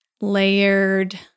layered